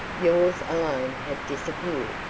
yours alone have disappeared.